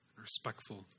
respectful